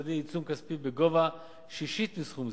מוסדי עיצום כספים בגובה שישית מסכום זה.